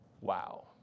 Wow